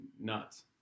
nuts